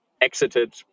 exited